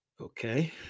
Okay